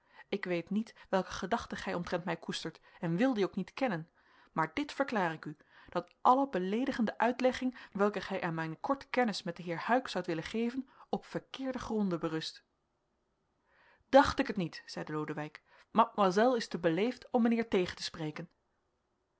ik weet niet welke gedachten gij omtrent mij koestert en wil die ook niet kennen maar dit verklaar ik u dat alle beleedigende uitlegging welke gij aan mijne korte kennis met den heer huyck zoudt willen geven op verkeerde gronden berust dacht ik het niet zeide lodewijk mademoiselle is te beleefd om mijnheer tegen te spreken